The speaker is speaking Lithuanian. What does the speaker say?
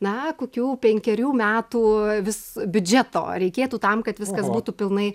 na kokių penkerių metų vis biudžeto reikėtų tam kad viskas būtų pilnai